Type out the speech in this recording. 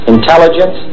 intelligence